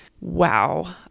wow